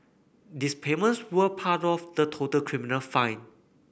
these payments were part of the total criminal fine